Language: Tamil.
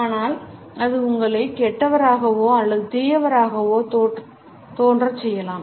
ஆனால் அது உங்களை கெட்டவராகவோ அல்லது தீயவராகவோ தோன்றச் செய்யலாம்